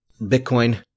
Bitcoin